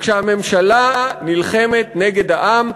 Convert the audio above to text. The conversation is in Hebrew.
כשהממשלה נלחמת נגד העם,